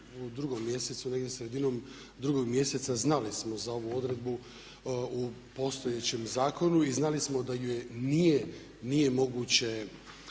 još u 2. mjesecu negdje sredinom 2. mjeseca znali smo za ovu odredbu u postojećem zakonu i znali smo da je nije moguće